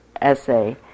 essay